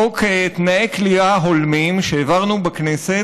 חוק תנאי כליאה הולמים שהעברנו בכנסת.